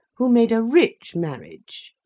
who made a rich marriage.